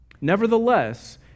nevertheless